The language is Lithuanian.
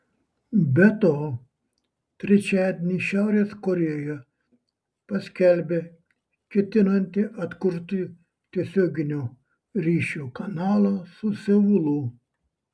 be to trečiadienį šiaurės korėja paskelbė ketinanti atkurti tiesioginio ryšio kanalą su seulu